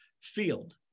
field